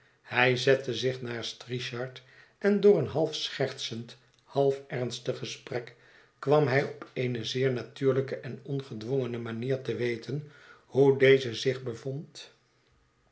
hij zette zich naast richard en door een half schertsend half ernstig gesprek kwam hij op eene zeer natuurlijke en ongedwongene manier te weten hoe deze zich bevond